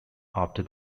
after